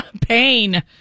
Pain